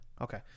Okay